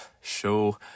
show